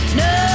no